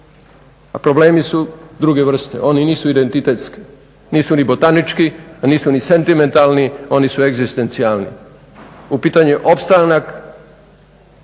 a problemi su druge vrste oni nisu identitetski, nisu ni botanički, nisu ni sentimentalni oni su egzistencijalni. U pitanju je opstanak